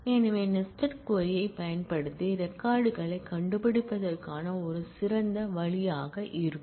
எனவே nested query பயன்படுத்தி record களைக் கண்டுபிடிப்பதற்கான ஒரு சிறந்த வழியாக இருக்கும்